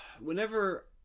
whenever